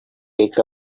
take